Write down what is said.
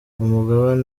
umugabane